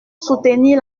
soutenir